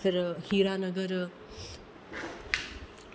फिर हीरानगर